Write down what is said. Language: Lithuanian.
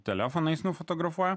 telefonais nufotografuoti